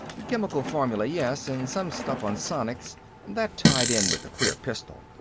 chemical formulae, yes, and some stuff on sonics that tied in with the queer pistol.